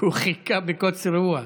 הוא חיכה בקוצר רוח.